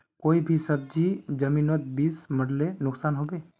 कोई भी सब्जी जमिनोत बीस मरले नुकसान होबे?